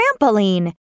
trampoline